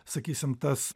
sakysim tas